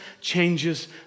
changes